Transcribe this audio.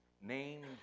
named